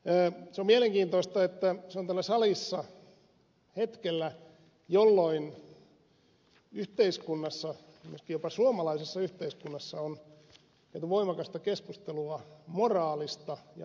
on mielenkiintoista että esitys on täällä salissa hetkellä jolloin yhteiskunnassa myöskin jopa suomalaisessa yhteiskunnassa on käyty voimakasta keskustelua moraalista ja ahneudesta